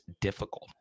difficult